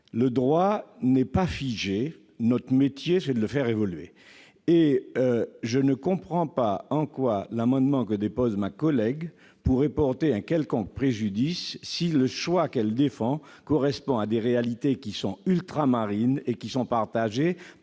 Le droit n'est pas figé. Notre rôle, c'est de le faire évoluer. Je ne comprends pas en quoi l'amendement de Mme Jasmin pourrait porter un quelconque préjudice si le choix que ma collègue défend correspond à des réalités ultramarines, qui sont partagées